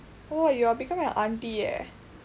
oh you're becoming an auntie leh